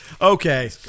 okay